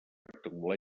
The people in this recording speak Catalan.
rectangular